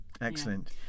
Excellent